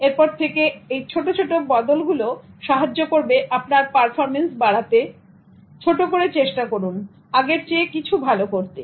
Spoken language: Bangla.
এরপর থেকে এই ছোট ছোট বদলগুলো সাহায্য করবে আপনার পারফরম্যান্স বাড়াতে ছোট করে চেষ্টা করুন আগের চেয়ে কিছু ভালো করতে